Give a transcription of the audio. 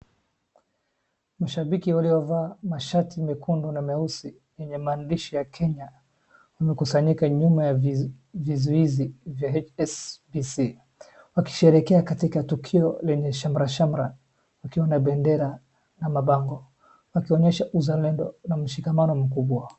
Mashabiki waliovaa mashati mekundu na meusi yenye maandishi ya Kenya wamekusanyika nyuma ya vizuizi vya HSBC. Wakisherekea katika tukio lenye shamrashamra wakiwa na bendera na mabango wakionyesha uzalendo na mshikamano mkubwa.